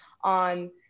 on